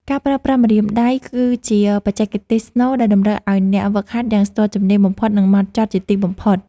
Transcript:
ការប្រើប្រាស់ម្រាមដៃគឺជាបច្ចេកទេសស្នូលដែលតម្រូវឱ្យមានការហ្វឹកហាត់យ៉ាងស្ទាត់ជំនាញបំផុត និង ហ្មត់ចត់ជាទីបំផុត។